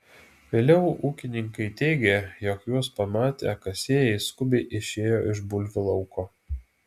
vėliau ūkininkai teigė jog juos pamatę kasėjai skubiai išėjo iš bulvių lauko